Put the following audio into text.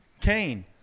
Cain